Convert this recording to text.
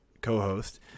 co-host